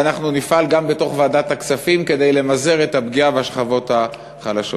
ואנחנו נפעל גם בתוך ועדת הכספים כדי למזער את הפגיעה בשכבות החלשות.